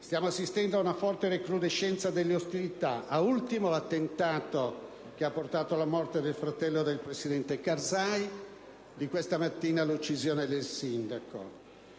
stiamo assistendo ad una forte recrudescenza delle ostilità, da ultimo con l'attentato che ha portato alla morte del fratello del presidente Karzai, e questa mattina con l'uccisione del sindaco